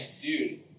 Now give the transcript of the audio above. dude